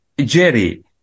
Jerry